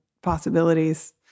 possibilities